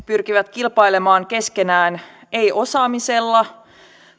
pyrkivät kilpailemaan keskenään ei osaamisella